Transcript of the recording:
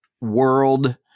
world